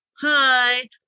hi